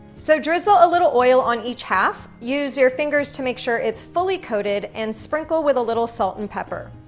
so drizzle a little oil on each half, use your fingers to make sure it's fully coated and sprinkle with a little salt and pepper,